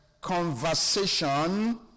conversation